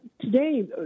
today